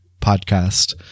podcast